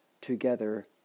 together